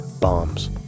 bombs